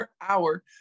Hour